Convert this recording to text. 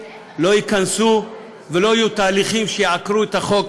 לא ייכנסו ולא יהיו תהליכים שיעקרו את החוק